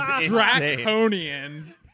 draconian